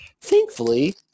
Thankfully